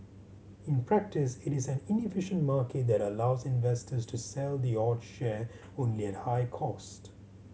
in practice it is an inefficient market that allows investors to sell the odd share only at high cost